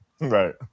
Right